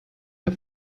der